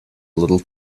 little